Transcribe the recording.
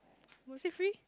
was it free